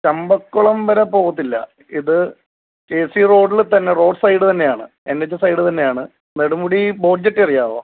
ചമ്പക്കുളം വരെ പോകത്തില്ല ഇത് ഏ സി റോഡില് തന്നെ റോഡ് സൈഡ് തന്നെയാണ് എന് എച്ച് സൈഡ് തന്നെയാണ് നെടുമുടി ബോട്ട് ജെട്ടി അറിയാവോ